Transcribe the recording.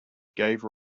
gave